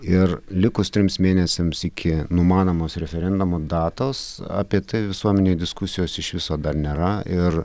ir likus trims mėnesiams iki numanomos referendumo datos apie tai visuomenėj diskusijos iš viso dar nėra ir